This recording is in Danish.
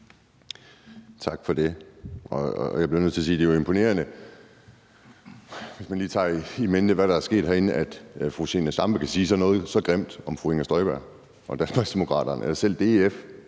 Tak for det. Jeg bliver jo nødt til at sige, at det er imponerende, hvis man lige tager i mente, hvad der er sket herinde, altså at fru Zenia Stampe kan sige sådan noget grimt om fru Inger Støjberg og Danmarksdemokraterne, at selv DF